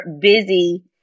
busy